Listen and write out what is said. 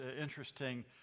interesting